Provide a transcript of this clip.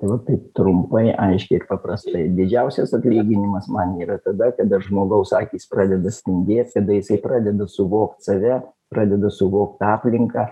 ir taip trumpai aiškiai paprastai didžiausias atlyginimas man yra tada kada žmogaus akys pradeda spindėt tada jisai pradeda suvokt save pradeda suvokt aplinką